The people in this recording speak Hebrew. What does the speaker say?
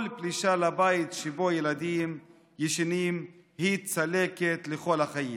כל פלישה לבית שבו ילדים ישנים היא צלקת לכל החיים.